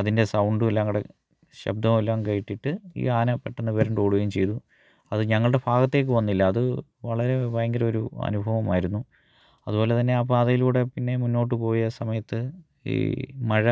അതിൻ്റെ സൗണ്ടും എല്ലാം കൂടെ ശബ്ദം എല്ലാം കേട്ടിട്ട് ഈ ആന പെട്ടെന്ന് വെരണ്ട് ഓടുകയും ചെയ്തു അത് ഞങ്ങളുടെ ഭാഗത്തേക്ക് വന്നില്ല അത് വളരെ ഭയങ്കര ഒരു അനുഭവമായിരുന്നു അതുപോലെ തന്നെ ആ പാതയിലൂടെ പിന്നെയും മുന്നോട്ട് പോയ സമയത്ത് ഈ മഴ